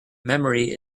memory